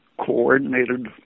coordinated